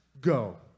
go